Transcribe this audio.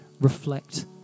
Reflect